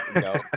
no